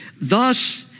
Thus